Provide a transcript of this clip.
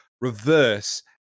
reverse